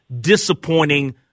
disappointing